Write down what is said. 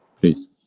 Please